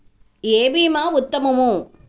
ఏ భీమా ఉత్తమము?